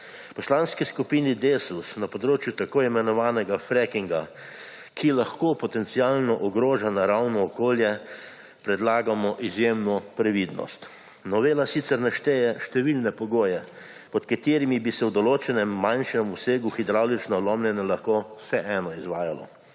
Poslanski skupini Desus na področju tako imenovanega frekinga, ki lahko potencialno ogroža naravno okolje, predlagamo izjemno previdnost. Novela sicer ne šteje(?) številne pogoje, pod katerimi bi se v določenem manjšem obsegu hidravlično lomljenje lahko vseeno izvajalo.